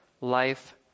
life